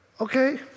okay